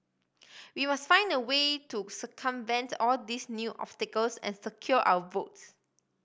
we must find a way to circumvent all these new obstacles and secure our votes